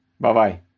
Bye-bye